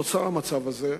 נוצר המצב הזה.